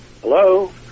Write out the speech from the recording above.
Hello